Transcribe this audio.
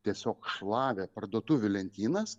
tiesiog šlavė parduotuvių lentynas